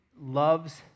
loves